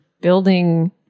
building